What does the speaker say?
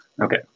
Okay